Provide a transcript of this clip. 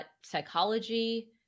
psychology